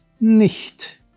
NICHT